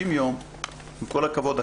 עם כל הכבוד,